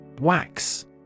Wax